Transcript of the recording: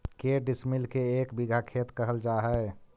के डिसमिल के एक बिघा खेत कहल जा है?